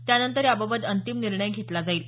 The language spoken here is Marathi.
त्यानंतर याबाबत अंतिम निर्णय घेतला जाईल